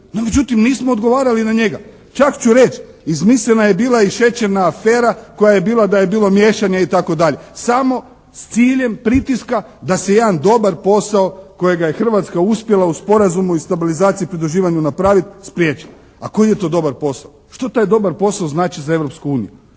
No međutim nismo odgovarali na njega. Čak ću reći izmišljena je bila i šećerna afera koja je bila da je bilo miješanja i tako dalje. Samo s ciljem pritiska da se jedan dobar posao kojega je Hrvatska uspjela u Sporazumu o stabilizaciji i pridruživanju napraviti spriječi. A koji je to dobar posao? Što taj dobar posao znači za